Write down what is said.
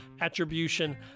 attribution